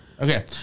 Okay